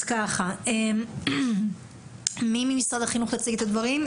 אז ככה, מי ממשרד החינוך הציף את הדברים?